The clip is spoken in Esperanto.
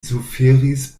suferis